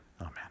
Amen